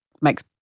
makes